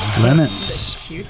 Lemons